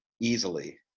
easily